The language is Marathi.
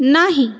नाही